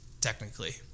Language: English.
technically